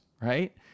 right